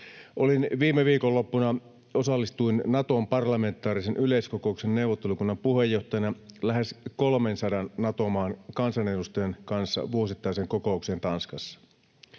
viime viikonloppuna Naton parlamentaarisen yleiskokouksen neuvottelukunnan puheenjohtajana lähes 300 Nato-maan kansanedustajan kanssa vuosittaiseen kokoukseen Tanskassa.